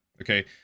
okay